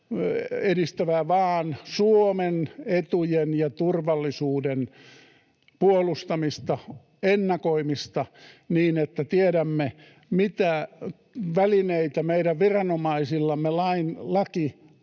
edistävää vaan Suomen etujen ja turvallisuuden puolustamista, ennakoimista, niin että tiedämme, mitä välineitä meidän viranomaisillemme laki